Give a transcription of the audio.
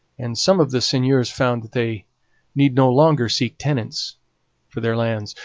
and some of the seigneurs found that they need no longer seek tenants for their lands.